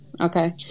Okay